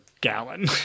gallon